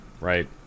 right